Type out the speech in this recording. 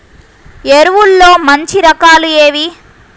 ఎరువుల్లో మంచి రకాలు ఏవి?